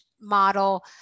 model